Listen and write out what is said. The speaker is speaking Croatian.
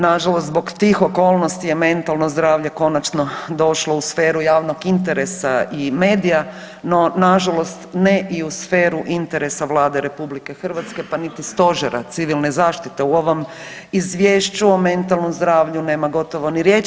Nažalost zbog tih okolnosti je mentalno zdravlje konačno došlo u sferu javnog interesa i medija, no, nažalost ne i u sferu interesa Vlade RH, pa niti Stožera civilne zaštite, u ovom Izvješću o mentalnom zdravlju nema gotovo ni riječi.